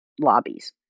lobbies